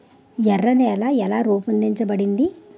ఎర్ర నేల ఎలా రూపొందించబడింది?